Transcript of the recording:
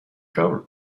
covered